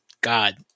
God